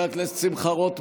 איננה, חבר הכנסת שמחה רוטמן,